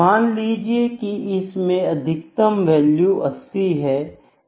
मान लीजिए इसमें अधिकतम वैल्यू 80 है